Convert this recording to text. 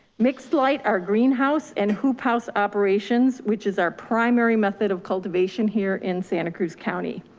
mixed light are greenhouse and hoop house operations, which is our primary method of cultivation here in santa cruz county.